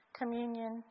communion